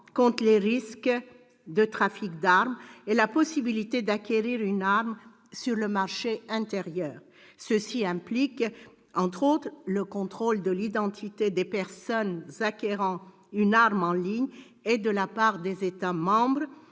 contre les risques de trafic d'armes, et la possibilité d'acquérir une arme sur le marché intérieur. Ceci implique, entre autres, le contrôle de l'identité des personnes acquérant une arme en ligne et, de la part des États membres,